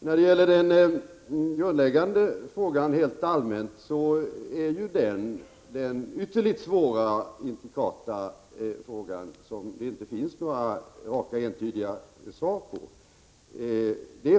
När det gäller den grundläggande frågan helt allmänt, vill jag säga att det ju är en ytterligt svår och intrikat fråga, som det inte finns några raka, entydiga svar på.